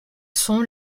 sont